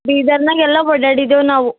ಬೀದರ್ನಾಗ್ ಎಲ್ಲ ಓಡಾಡಿದ್ದೇವೆ ನಾವು